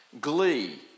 Glee